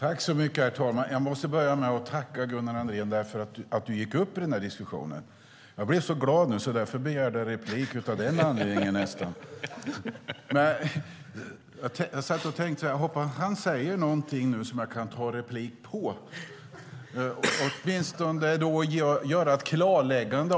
Herr talman! Jag måste börja med att tacka Gunnar Andrén för att han gick upp i den här debatten. Jag blev så glad och begärde replik nästan av den anledningen. Jag satt och tänkte: Hoppas att han säger någonting nu som jag kan begära replik på, så att jag åtminstone kan göra ett klarläggande.